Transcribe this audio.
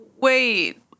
wait